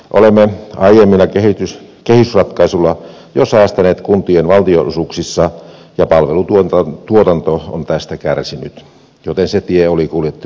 olemme aiemmilla kehysratkaisuilla jo säästäneet kuntien valtionosuuksissa ja palvelutuotanto on tästä kärsinyt joten se tie oli kuljettu loppuun